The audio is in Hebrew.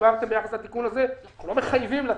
הסברתם ביחס לתיקון הזה אנחנו לא מחייבים לתת,